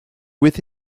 with